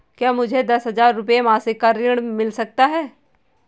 क्या मुझे दस हजार रुपये मासिक का ऋण मिल सकता है?